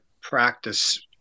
practice